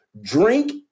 drink